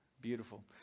Beautiful